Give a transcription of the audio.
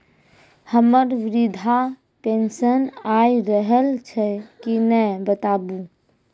हमर वृद्धा पेंशन आय रहल छै कि नैय बताबू?